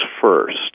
first